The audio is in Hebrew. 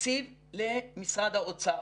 תקציב למשרד האוצר.